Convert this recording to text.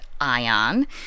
Ion